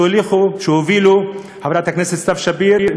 שהובילו חברי הכנסת סתיו שפיר,